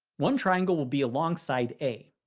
one triangle will be alongside a.